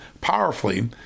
powerfully